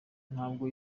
ntabwo